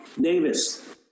Davis